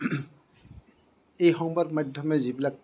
এই সংবাদ মাধ্যমে যিবিলাক